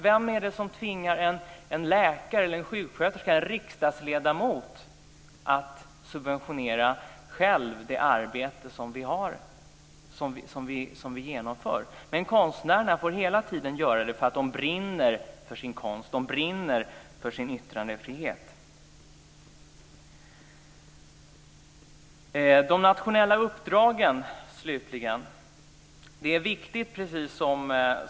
Vem tvingar en läkare, en sjuksköterska eller en riksdagsledamot att själv subventionera det arbete som de utför? Konstnärerna får hela tiden göra det, eftersom de brinner för sin konst och för sin yttrandefrihet. Jag vill slutligen beröra de nationella uppdragen.